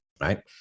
right